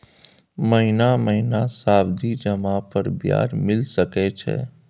महीना महीना सावधि जमा पर ब्याज मिल सके छै?